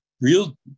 real